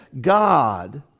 God